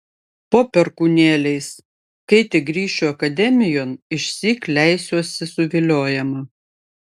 po perkūnėliais kai tik grįšiu akademijon išsyk leisiuosi suviliojama